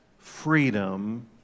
freedom